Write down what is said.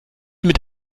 mit